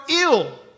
ill